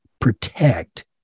protect